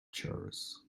chorus